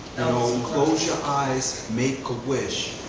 close your eyes, make a wish,